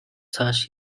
цааш